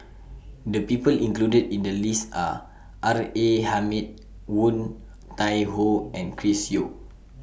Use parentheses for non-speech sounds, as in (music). The People included in The list Are R A Hamid Woon Tai (noise) Ho and Chris Yeo